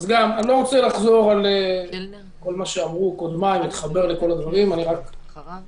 אני לא רוצה לחזור על דברים שנאמרו על ידי חבריי אלא לחדד